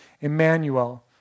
Emmanuel